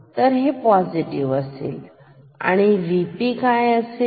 तर हे पॉझिटिव्ह आहे तर VP काय असेल